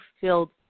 filled